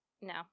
no